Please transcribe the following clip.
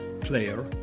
player